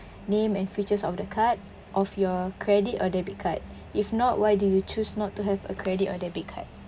name and features of the card of your credit or debit card if not why do you choose not to have a credit or debit card